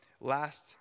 last